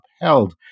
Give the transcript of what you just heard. upheld